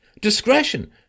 Discretion